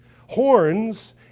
Horns